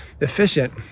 efficient